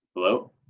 hello?